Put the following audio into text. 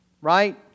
right